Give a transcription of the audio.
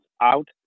out